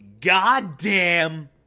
goddamn